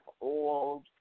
old